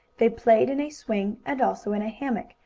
they played in a swing and also in a hammock,